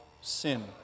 sin